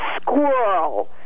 squirrel